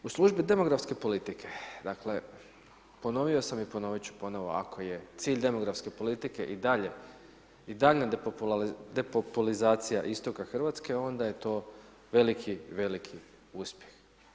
U službi demografske politike, dakle, ponovio sam, i ponoviti ću ponovo, ako je cilj demografske politike i dalje, i daljnja depopulizacija istoka RH, onda je to veliki, veliki uspjeh.